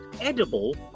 edible